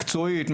מקצועית,